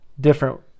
different